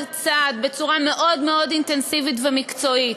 צעד בצורה מאוד מאוד אינטנסיבית ומקצועית.